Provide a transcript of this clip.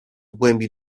głębi